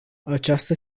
această